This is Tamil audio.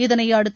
இதனையடுத்து